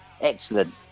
Excellent